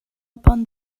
upon